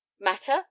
Matter